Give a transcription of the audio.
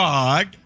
God